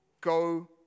go